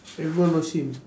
everyone knows him